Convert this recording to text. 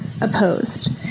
opposed